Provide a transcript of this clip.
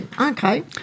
okay